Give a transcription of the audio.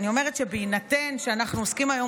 אני אומרת שבהינתן שאנחנו עוסקים היום